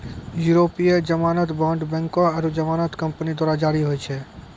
यूरोपीय जमानत बांड बैंको आरु जमानत कंपनी द्वारा जारी होय छै